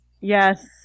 Yes